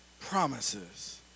promises